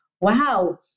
wow